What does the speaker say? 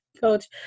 coach